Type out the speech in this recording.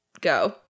go